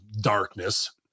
darkness